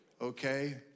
okay